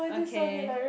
okay